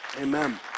Amen